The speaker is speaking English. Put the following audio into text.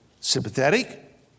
sympathetic